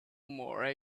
more